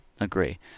agree